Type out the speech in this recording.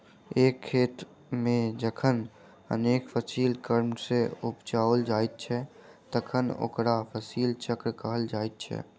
एक खेत मे जखन अनेक फसिल क्रम सॅ उपजाओल जाइत छै तखन ओकरा फसिल चक्र कहल जाइत छै